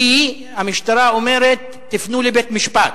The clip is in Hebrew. כי המשטרה אומרת: תפנו לבית-משפט.